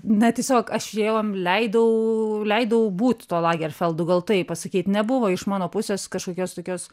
na tiesiog aš jam leidau leidau būt tuo lagerfeldu gal taip pasakyt nebuvo iš mano pusės kažkokios tokios